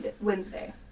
Wednesday